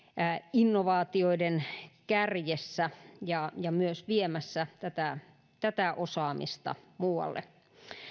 innovaatioiden kärjessä ja ja myös viemässä tätä tätä osaamista muualle